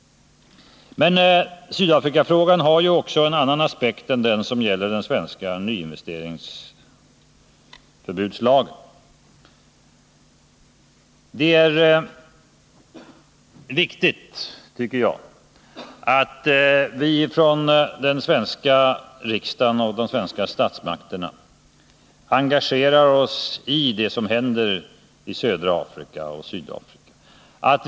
Sydafrikafrågan har också en annan aspekt än den som gäller den svenska nyinvesteringsförbudslagen. Det är riktigt, tycker jag, att vi från de svenska statsmakterna engagerar oss i det som händer i södra Afrika och Sydafrika.